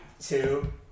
two